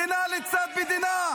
מדינה לצד מדינה.